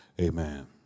Amen